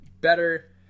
better